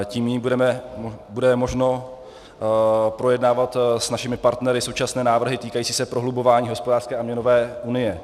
Tím míň bude možno projednávat s našimi partnery současné návrhy týkající se prohlubování hospodářské a měnové unie.